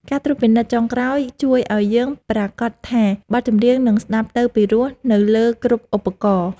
ការត្រួតពិនិត្យចុងក្រោយជួយឱ្យយើងប្រាកដថាបទចម្រៀងនឹងស្ដាប់ទៅពីរោះនៅលើគ្រប់ឧបករណ៍។